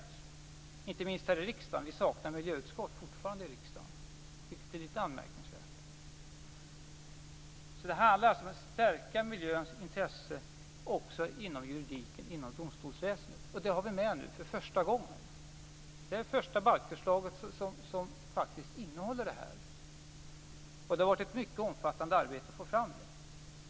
Det gäller inte minst här i riksdagen - vi saknar fortfarande ett miljöutskott i riksdagen, vilket är litet anmärkningsvärt. Det handlar alltså om att stärka miljöns intresse också inom juridiken och inom domstolsväsendet. Detta har vi med nu, för första gången. Det här är det första balkförslag som faktiskt innehåller detta. Det har varit ett mycket omfattande arbete att få fram det.